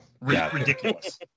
Ridiculous